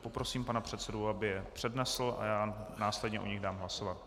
Poprosím pana předsedu, aby je přednesl, a následně o nich dám hlasovat.